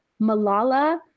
Malala